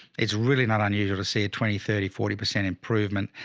it's really not unusual to see a twenty, thirty, forty percent improvement,